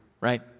right